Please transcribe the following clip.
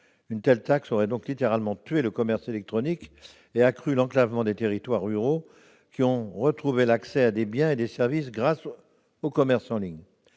Une telle taxe aurait donc littéralement tué le commerce électronique et accru l'enclavement des territoires ruraux, qui ont retrouvé l'accès à des biens et des services grâce au commerce en ligne.